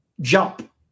jump